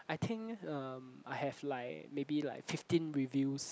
I think um I have like maybe like fifteen reviews